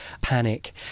panic